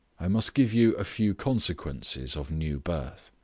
i must give you a few consequences of new birth.